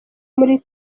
muri